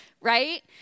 Right